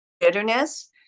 bitterness